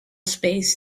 space